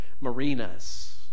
marinas